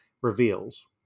reveals